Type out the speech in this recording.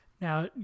Now